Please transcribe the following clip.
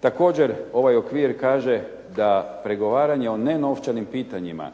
Također, ovaj okvir kaže da pregovaranje o nenovčanim pitanjima